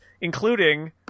including